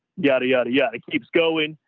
yada, yada, yeah it keeps going.